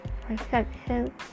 perception